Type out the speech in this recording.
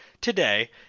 today